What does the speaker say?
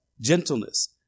gentleness